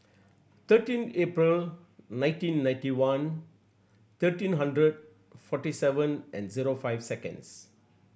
thirteen April nineteen ninety one thirteen hundred forty seven andzero five seconds